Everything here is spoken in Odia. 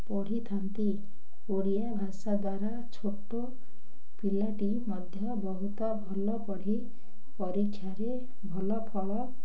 ପଢ଼ିଥାନ୍ତି ଓଡ଼ିଆ ଭାଷା ଦ୍ୱାରା ଛୋଟ ପିଲାଟି ମଧ୍ୟ ବହୁତ ଭଲ ପଢ଼ି ପରୀକ୍ଷାରେ ଭଲ ଫଳ